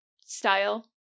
style